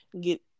get